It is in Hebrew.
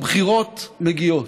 הבחירות מגיעות.